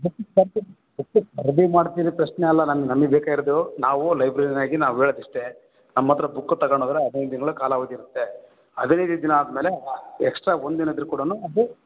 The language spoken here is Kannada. ಖರೀದಿ ಮಾಡ್ತೀರಿ ಪ್ರಶ್ನೆ ಅಲ್ಲ ನನ್ಗೆ ನಮಗೆ ಬೇಕಾಗಿರೋದು ನಾವು ಲೈಬ್ರೆರಿನಾಗಿ ನಾವು ಹೇಳೋದಿಷ್ಟೆ ನಮ್ಮ ಹತ್ರ ಬುಕ್ ತಗಂಡು ಹೋದ್ರೆ ಹದಿನೈದು ದಿನಗಳ ಕಾಲಾವಧಿ ಇರುತ್ತೆ ಹದಿನೈದು ದಿನ ಆದ ಮೇಲೆ ಎಕ್ಸ್ಟ್ರಾ ಒಂದು ದಿನ ಇದ್ರೂ ಕೂಡ ಅದು